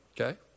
Okay